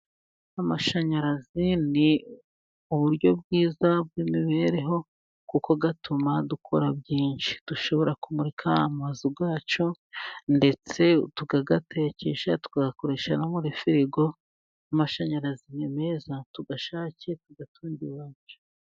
Amashanyarazi ni uburyo bwiza bw'imibereho kuko atuma dukora byinshi dushobora kumurika amazu yacu ndetse tugatekesha, tugakoresha no muri firigo. Amashanyarazi ni meza tugashake tuyatunge iwacu.